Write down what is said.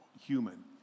human